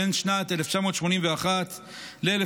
בין שנת 1981 ל-1999,